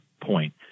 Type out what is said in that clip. point